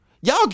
Y'all